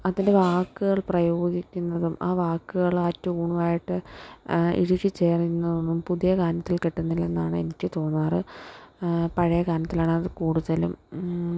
അതിൽ വാക്കുകൾ പ്രയോഗിക്കുന്നതും ആ വാക്കുകൾ ആ ട്യൂണുമായിട്ട് ഇഴകിച്ചേരുന്നതൊന്നും പുതിയ ഗാനത്തിൽ കിട്ടുന്നില്ലന്നാണ് എനിക്ക് തോന്നാറ് പഴയ ഗാനത്തിലാണത് കൂടുതലും